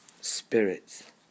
spirits